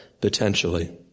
potentially